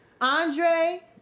Andre